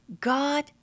God